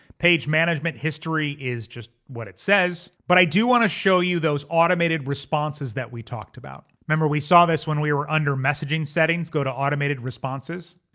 page management history is just what it says but i do wanna show you those automated responses that we talked about. remember we saw this when we were under messaging messaging settings, go to automated responses.